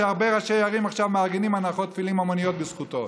כי הרבה ראשי ערים עכשיו מארגנים הנחות תפילין המוניות בזכותו,